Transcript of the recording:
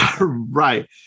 Right